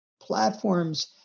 Platforms